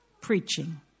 preaching